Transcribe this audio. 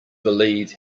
believe